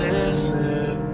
Listen